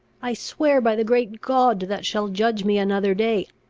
i swear by the great god that shall judge me another day,